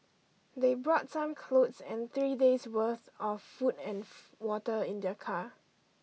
they brought some clothes and three days' worth of food and water in their car